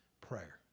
prayer